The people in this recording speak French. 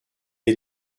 est